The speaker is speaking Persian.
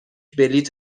بلیط